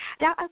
now